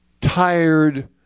tired